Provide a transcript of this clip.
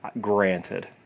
granted